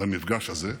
במפגש הזה,